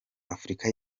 afurika